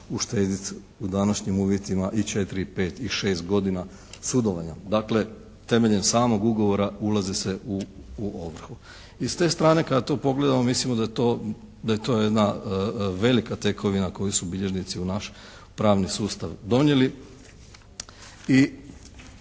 uštediti u današnjim uvjetima i 4 i 5 i 6 godina sudovanja. Dakle temeljem samog ugovora ulazi se u ovrhu. I s te strane kada to pogledamo mislimo da je to, da je to jedna velika tekovina koju su bilježnici u naš pravni sustav donijeli